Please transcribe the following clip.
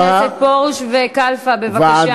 חברי הכנסת פרוש וכלפה, בבקשה.